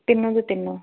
ਤਿੰਨੋ ਦੇ ਤਿੰਨੋ